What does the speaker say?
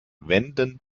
wenden